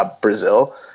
Brazil